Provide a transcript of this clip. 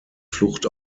flucht